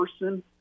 person